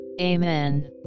Amen